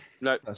No